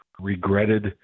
regretted